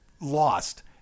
lost